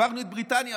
עברנו את בריטניה,